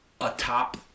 atop